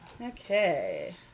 Okay